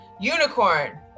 Unicorn